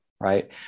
Right